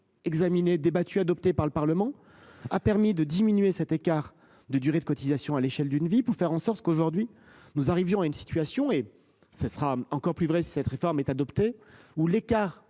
examinée, débattue et adoptée par le Parlement, a permis de diminuer cet écart de durée de cotisation à l'échelle d'une vie pour faire en sorte qu'aujourd'hui, nous arrivions à une situation et ce sera encore plus vrai. Cette réforme est adoptée, où l'écart